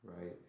right